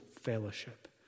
fellowship